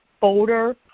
folder